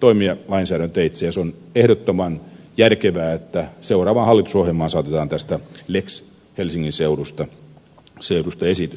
toimia lainsäädäntöteitse ja on ehdottoman järkevää että seuraavaan hallitusohjelmaan saatetaan tästä lex helsingin seudusta esitys